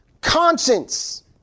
conscience